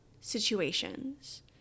situations